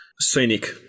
scenic